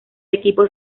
equipo